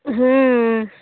Delhi